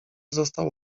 został